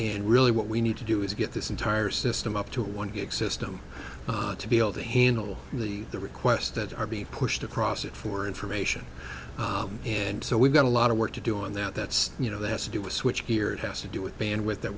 and really what we need to do is get this entire system up to one gig system to be able to handle the requests that are being pushed across it for information and so we've got a lot of work to do on that that's you know that has to do a switch here it has to do with band with that